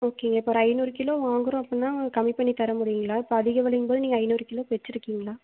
ஓகேங்க இப்போ ஒரு ஐநூறு கிலோ வாங்கிறோம் அப்புடின்னா கம்மி பண்ணி தர முடியுங்களா இப்போ அதிக விலையிங்கும்போது நீங்கள் ஐநூறு கிலோ இப்போ வெச்சுருக்கீங்களா